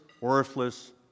worthless